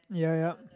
ya ya